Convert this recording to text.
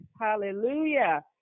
Hallelujah